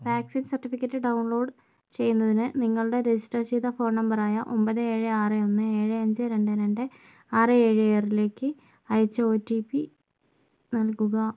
vaccine certificate download ചെയ്യുന്നതിന് നിങ്ങളുടെ register ചെയ്ത ഫോൺനമ്പറായ ഒൻപത് ഏഴ് ആറ് ഒന്ന് ഏഴ് അഞ്ച് രണ്ട് രണ്ട് ആറ് ഏഴ് ആറിലേക്ക് അയച്ച ഒ ടി പി നൽകുക